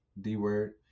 D-Word